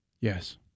Yes